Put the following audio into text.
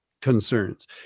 concerns